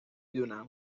دونم